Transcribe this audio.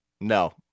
No